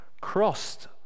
crossed